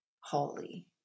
holy